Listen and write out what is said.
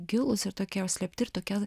gilūs ir tokie užslėpti ir tokie